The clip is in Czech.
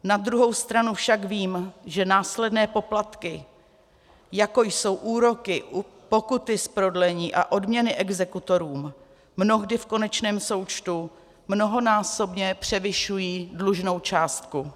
Na druhou stranu však vím, že následné poplatky, jako jsou úroky, pokuty z prodlení a odměny exekutorům, mnohdy v konečném součtu mnohonásobně převyšují dlužnou částku.